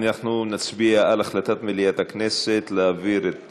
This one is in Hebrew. נצביע על החלטת ועדת הכנסת להעביר את